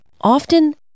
Often